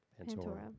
Pantora